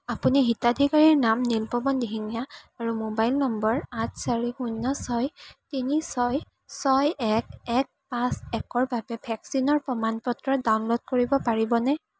আপুনি হিতাধিকাৰীৰ নাম নীলপৱন দিহিঙীয়া আৰু মোবাইল নম্বৰ আঠ চাৰি শূন্য ছয় তিনি ছয় ছয় এক এক পাঁচ একৰ বাবে ভেকচিনৰ প্ৰমাণ পত্ৰ ডাউনলোড কৰিব পাৰিবনে